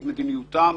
את מדיניותם,